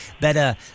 better